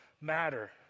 matter